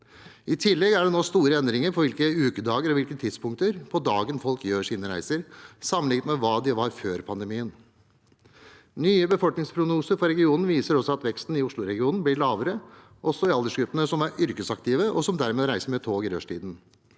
I tillegg er det nå store endringer i hvilke ukedager og hvilke tidspunkter på dagen folk gjør sine reiser, sammenlignet med hva det var før pandemien. Nye befolkningsprognoser for regionen viser at veksten i Oslo-regionen blir lavere – også i aldersgruppene som er yrkesaktive og dermed reiser med tog i rushtiden.